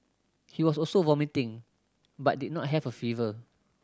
he was also vomiting but did not have a fever